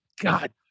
God